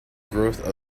growth